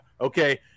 okay